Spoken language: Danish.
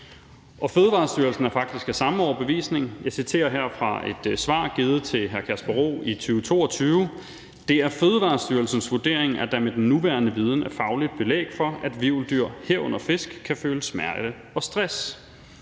Fødevarestyrelsen er faktisk af samme overbevisning. Jeg citerer her fra et svar givet til hr. Kasper Roug i 2022: »Det er Fødevarestyrelsens vurdering, at der med den nuværende viden er fagligt belæg for, at hvirveldyr, herunder fisk, kan føle smerte og stress.«